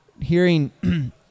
hearing